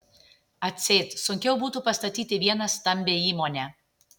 atseit sunkiau būtų pastatyti vieną stambią įmonę